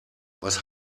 was